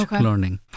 learning